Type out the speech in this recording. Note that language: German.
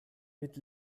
mit